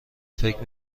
فکر